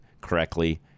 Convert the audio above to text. correctly